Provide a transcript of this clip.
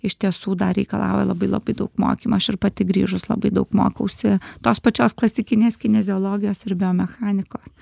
iš tiesų dar reikalauja labai labai daug mokymo aš ir pati grįžus labai daug mokausi tos pačios klasikinės kineziologijos ir biomechanikos